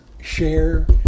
share